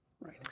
right